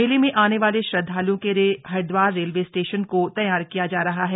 मेले में आने वाले श्रद्वाल्ओं के लिए हरिदवार रेलवे स्टेशन को तैयार किया जा रहा है